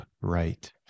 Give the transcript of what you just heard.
right